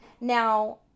Now